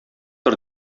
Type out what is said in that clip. тор